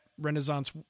Renaissance